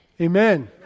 Amen